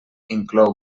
inclou